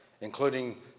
including